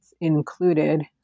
included